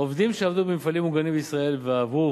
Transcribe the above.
עובדים שעבדו במפעלים מוגנים בישראל ועברו